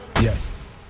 Yes